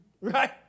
right